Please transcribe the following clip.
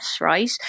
right